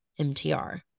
MTR